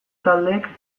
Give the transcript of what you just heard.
taldeek